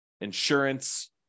insurance